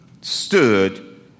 stood